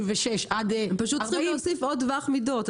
עד 40 --- פשוט צריך להוסיף עוד טווח מידות.